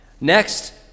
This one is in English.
Next